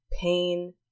pain